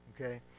okay